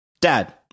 dad